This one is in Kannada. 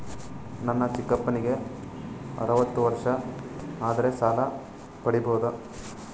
ನನ್ನ ಚಿಕ್ಕಪ್ಪನಿಗೆ ಅರವತ್ತು ವರ್ಷ ಆದರೆ ಸಾಲ ಪಡಿಬೋದ?